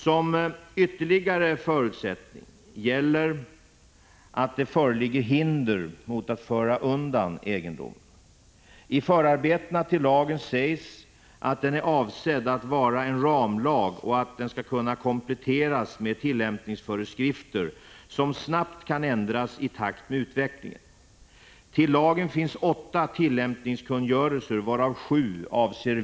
Som ytterligare förutsättning gäller att det föreligger hinder mot att föra undan egendomen. I förarbetena till lagen sägs att den är avsedd att vara en ramlag och att den skall kunna kompletteras med tillämpningsföreskrifter som snabbt kan ändras i takt med utvecklingen.